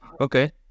Okay